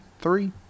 three